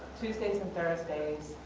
tuesdays and thursdays.